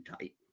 tight